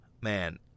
man